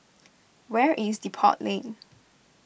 where is Depot Lane